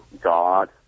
God